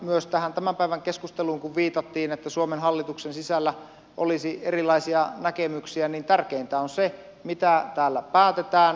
kun viitattiin tämän päivän keskusteluun että suomen hallituksen sisällä olisi erilaisia näkemyksiä niin tärkeintä on se mitä täällä päätetään